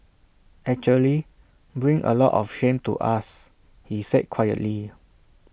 actually bring A lot of shame to us he said quietly